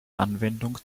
anwendung